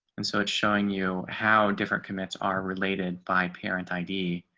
and so it's showing you how different commits are related by parent id